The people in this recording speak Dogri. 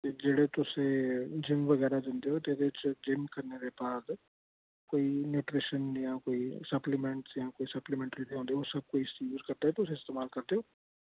ते जेह्ड़े तुस जिम बगैरा जंदे ओ ते एह्दे च जिम करने दे बाद कोई न्यूट्रिशन जां कोई सप्लीमेंटस जां कोई सप्लीमेंट्री ओह्दे ओह् कोई यूज करदा जां इस्तमाल करदे ओ